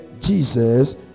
Jesus